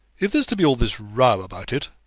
if there's to be all this row about it,